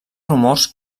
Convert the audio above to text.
rumors